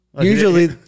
Usually